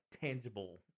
tangible